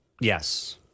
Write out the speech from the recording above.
Yes